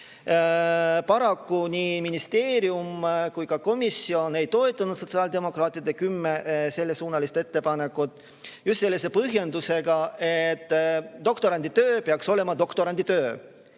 Paraku ei ministeerium ega ka komisjon ei toetanud sotsiaaldemokraatide kümmet sellekohast ettepanekut, just sellise põhjendusega, et doktorandi töö peaks olema doktorandi töö.